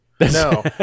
No